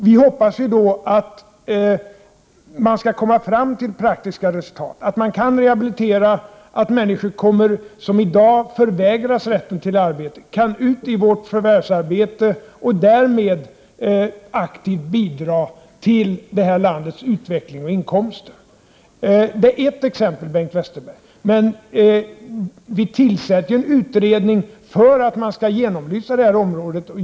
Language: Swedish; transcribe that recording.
Vi hoppas att man skall komma fram till praktiska resultat — att det går att rehabilitera och att människor, som i dag förvägras rätten till arbete, kan komma ut i förvärvsarbete och därmed aktivt bidra till det här landets utveckling och inkomster. Det är ett exempel, Bengt Westerberg. Men vi tillsätter ju en utredning för att man skall genomlysa det här området.